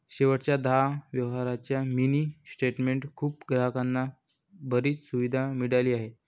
शेवटच्या दहा व्यवहारांच्या मिनी स्टेटमेंट मुळे ग्राहकांना बरीच सुविधा मिळाली आहे